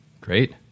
Great